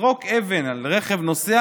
לזרוק אבן על רכב נוסע